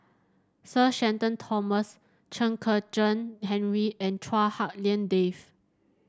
Sir Shenton Thomas Chen Kezhan Henri and Chua Hak Lien Dave